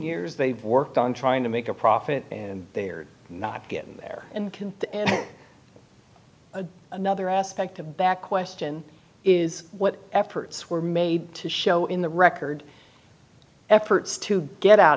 ors they've worked on trying to make a profit and they're not getting there and the end another aspect of back question is what efforts were made to show in the record efforts to get out